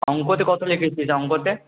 অঙ্কতে কত লিখে এসছিস অঙ্কতে